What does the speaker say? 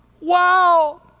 Wow